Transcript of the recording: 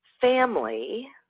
family